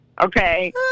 Okay